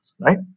Right